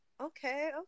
Okay